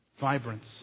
vibrance